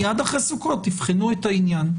מיד אחרי סוכות תבחנו את העניין.